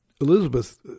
Elizabeth